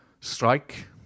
Strike